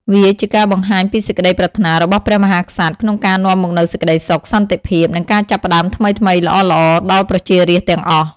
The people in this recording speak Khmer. វាជាការបង្ហាញពីសេចក្តីប្រាថ្នារបស់ព្រះមហាក្សត្រក្នុងការនាំមកនូវសេចក្តីសុខ សន្តិភាព និងការចាប់ផ្តើមថ្មីៗល្អៗដល់ប្រជារាស្ត្រទាំងអស់។